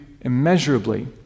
immeasurably